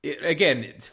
again